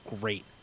great